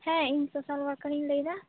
ᱦᱮᱸ ᱤᱧ ᱥᱳᱥᱟᱞ ᱳᱭᱟᱨᱠᱤᱧ ᱞᱟᱹᱭᱮᱫᱟ